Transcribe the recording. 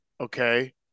Okay